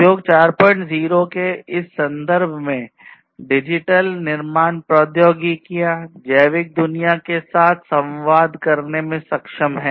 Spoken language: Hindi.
उद्योग 40 के इस संदर्भ में डिजिटल निर्माण प्रौद्योगिकियां जैविक दुनिया के साथ में संवाद करने में सक्षम हैं